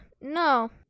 no